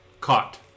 caught